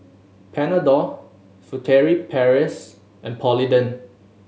Panadol Furtere Paris and Polident